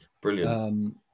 Brilliant